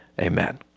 Amen